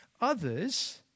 Others